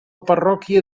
parròquia